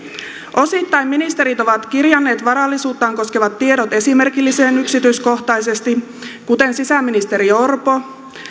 osittain ministerit ovat kirjanneet varallisuuttaan koskevat tiedot esimerkillisen yksityiskohtaisesti kuten sisäministeri orpo